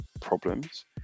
problems